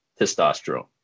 testosterone